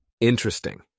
Interesting